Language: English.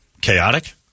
chaotic